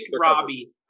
Robbie